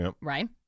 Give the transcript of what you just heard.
Right